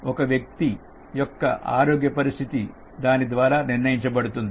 ఒక వ్యక్తి యొక్క ఆరోగ్య పరిస్థితి దానిద్వారా నిర్ణయించబడుతుంది